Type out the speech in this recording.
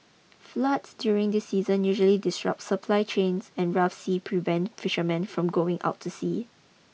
floods during this season usually disrupt supply chains and rough sea prevent fishermen from going out to sea